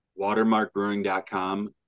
Watermarkbrewing.com